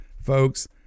folks